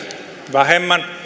vähemmän